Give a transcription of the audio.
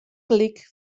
gelyk